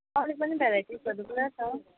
अरू पनि भेराइटिजहरू पुरा छ